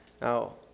Now